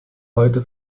heute